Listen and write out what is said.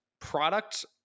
product